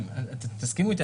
תסכימו איתי,